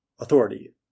Authority